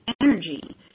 energy